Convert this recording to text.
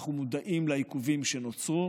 אנחנו מודעים לעיכובים שנוצרו